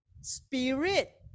spirit